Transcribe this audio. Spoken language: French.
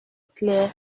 clair